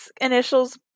initials